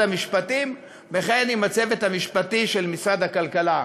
המשפטים ועם הצוות המשפטי של משרד הכלכלה,